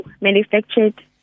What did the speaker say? manufactured